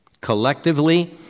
Collectively